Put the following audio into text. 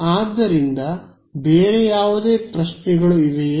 ಆದ್ದರಿಂದ ಬೇರೆ ಯಾವುದೇ ಪ್ರಶ್ನೆಗಳು ಇವೆಯೇ